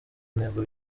ntego